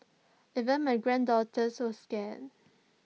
even my granddaughters were scared